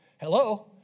hello